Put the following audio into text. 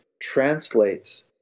translates